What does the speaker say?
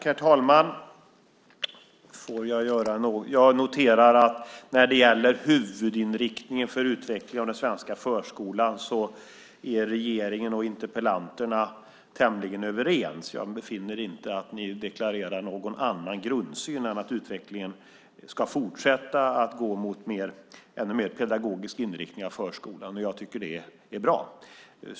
Herr talman! När det gäller huvudinriktningen för utvecklingen av den svenska förskolan noterar jag att regeringen och interpellanterna är tämligen överens. Jag finner inte att ni deklarerar någon annan grundsyn än att utvecklingen ska fortsätta att gå mot en ännu mer pedagogisk inriktning av förskolan. Jag tycker att det är bra.